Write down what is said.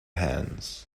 hands